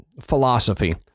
philosophy